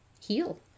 heal